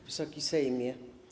Wysoki Sejmie!